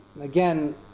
Again